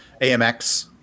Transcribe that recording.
AMX